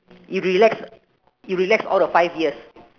if relax if relax all the five years